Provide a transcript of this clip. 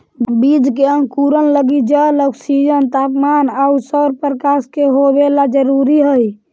बीज के अंकुरण लगी जल, ऑक्सीजन, तापमान आउ सौरप्रकाश के होवेला जरूरी हइ